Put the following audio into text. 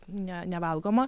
ne nevalgoma